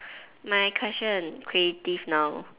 my question creative now